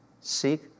Seek